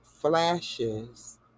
flashes